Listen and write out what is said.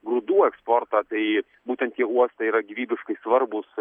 grūdų eksportą tai būtent tie uostai yra gyvybiškai svarbūs